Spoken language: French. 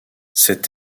cet